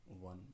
one